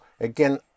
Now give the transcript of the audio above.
again